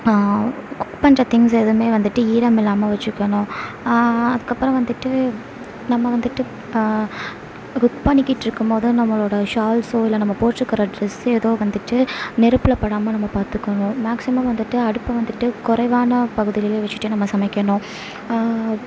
cook பண்ணுற things எதுவுமே வந்துவிட்டு ஈரம் இல்லாம வச்சிக்கணும் அதுக்கப்புறோம் வந்துவிட்டு நம்ம வந்துவிட்டு குக் பண்ணிகிட் இருக்கும்மோதும் நம்மளோட ஷால்ஸோ இல்லை நம்ம போட் இருக்கற டிரெஸ் எதோ வந்துவிட்டு நெருப்பில் படாம நம்ம பார்த்துக்கணும் மேக்ஸிமம் வந்துவிட்டு அடுப்பை வந்துவிட்டு குறைவான பகுதியிலிலே வச்சிட்டு நம்ம சமைக்கணும்